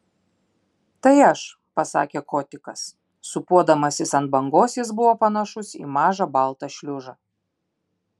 tai aš pasakė kotikas sūpuodamasis ant bangos jis buvo panašus į mažą baltą šliužą